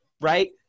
right